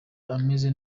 ameze